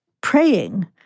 praying